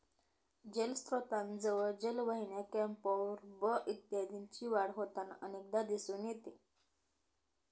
जलस्त्रोतांजवळ जलवाहिन्या, क्युम्पॉर्ब इत्यादींची वाढ होताना अनेकदा दिसून येते